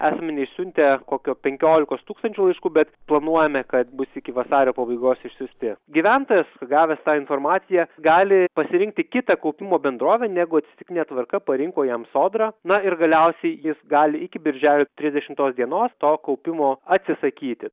asmenys siuntė kokio penkiolikos tūkstančių laiškų bet planuojame kad bus iki vasario pabaigos išsiųsti gyventojas gavęs tą informaciją gali pasirinkti kitą kaupimo bendrovę negu atsitiktine tvarka parinko jam sodra na ir galiausiai jis gali iki birželio trisdešimtos dienos to kaupimo atsisakyti